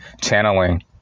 channeling